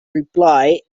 reply